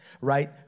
right